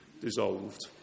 dissolved